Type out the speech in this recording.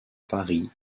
paris